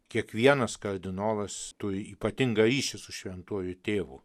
kiekvienas kardinolas turi ypatingą ryšį su šventuoju tėvu